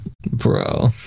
bro